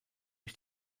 ich